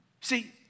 See